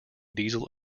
diesel